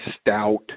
stout